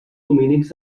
dominics